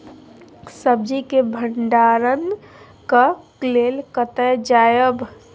सब्जी के भंडारणक लेल कतय जायब?